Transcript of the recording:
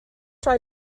try